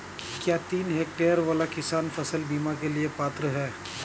क्या तीन हेक्टेयर वाला किसान फसल बीमा के लिए पात्र हैं?